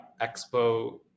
Expo